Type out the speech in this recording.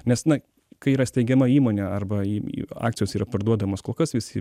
nes na kai yra steigiama įmonė arba į akcijos yra parduodamos kol kas visi